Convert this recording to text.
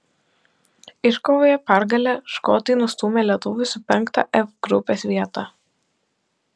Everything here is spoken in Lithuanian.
iškovoję pergalę škotai nustūmė lietuvius į penktą f grupės vietą